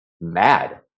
mad